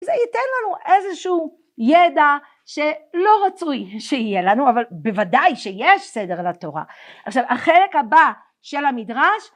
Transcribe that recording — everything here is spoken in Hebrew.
זה ייתן לנו איזשהו ידע שלא רצוי שיהיה לנו, אבל בוודאי שיש סדר לתורה. עכשיו, החלק הבא של המדרש